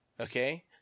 Okay